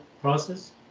process